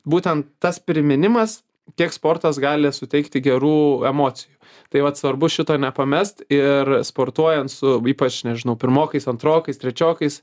būtent tas priminimas tiek sportas gali suteikti gerų emocijų tai vat svarbu šito nepamest ir sportuojant su ypač nežinau pirmokais antrokais trečiokais